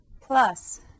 plus